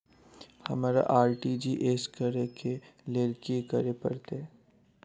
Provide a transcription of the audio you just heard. हमरा आर.टी.जी.एस करऽ केँ लेल की करऽ पड़तै?